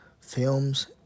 Films